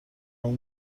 اون